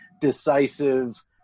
decisive